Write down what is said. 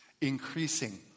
increasing